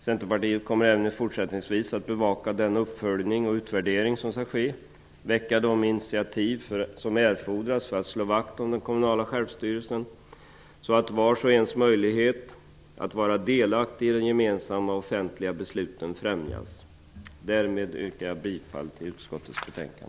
Centerpartiet kommer även fortsättningsvis att bevaka den uppföljning och utvärdering som skall ske och ta de initiativ som erfordras för att slå vakt om den kommunala självstyrelsen, så att vars och ens möjlighet att vara delaktig i de gemensamma offentliga besluten främjas. Därmed yrkar jag bifall till utskottets hemställan.